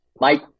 Mike